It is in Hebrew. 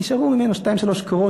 נשארו ממנו שתיים-שלוש קורות,